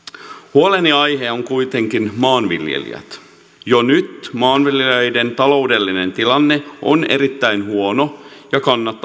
huoleni aihe on kuitenkin maanviljelijät jo nyt maanviljelijöiden taloudellinen tilanne on erittäin huono ja